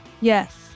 yes